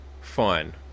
fun